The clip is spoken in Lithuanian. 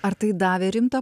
ar tai davė rimtą